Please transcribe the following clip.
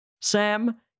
Sam